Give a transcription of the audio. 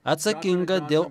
atsakinga dėl